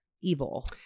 evil